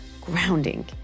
grounding